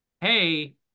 hey